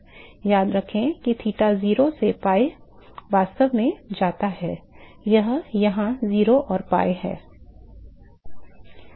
याद रखें कि थीटा 0 से pi वास्तव में जाता है यह यहाँ 0 और pi है